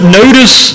notice